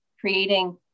creating